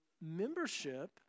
membership